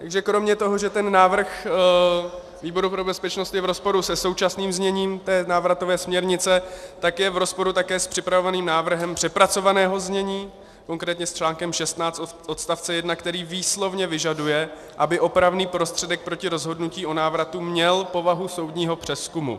Takže kromě toho, že ten návrh výboru pro bezpečnost je v rozporu se současným zněním té návratové směrnice, tak je v rozporu také s připravovaným návrhem přepracovaného znění, konkrétně s článkem 16 odstavce 1, který výslovně vyžaduje, aby opravný prostředek proti rozhodnutí o návratu měl povahu soudního přezkumu.